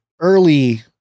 early